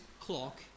clock